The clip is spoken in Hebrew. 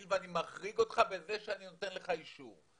ואני מחריג אותך בזה שאני נותן לך אישור.